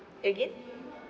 again